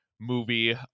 movie